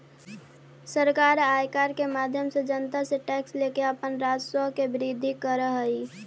सरकार आयकर के माध्यम से जनता से टैक्स लेके अपन राजस्व के वृद्धि करऽ हई